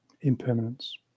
impermanence